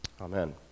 Amen